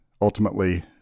ultimately